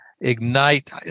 ignite